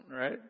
right